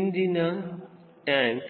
ಇಂದಿನ ಟ್ಯಾಂಕ್